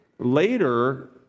Later